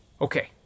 Okay